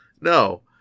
No